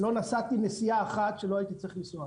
לא נסעתי נסיעה אחת שלא הייתי צריך לנסוע.